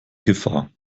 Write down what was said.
gefahr